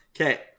Okay